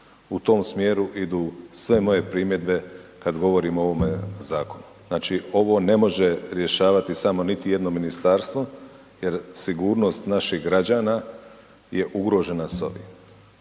U tom smjeru idu sve moje primjedbe kad govorimo o ovome zakonu. Znači ovo ne može rješavati samo niti jedno ministarstvo jer sigurnost naših građana je ugrožena s ovim,